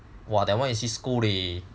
!wah! that one Cisco leh